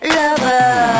lover